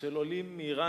של עולים מאירן.